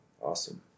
Awesome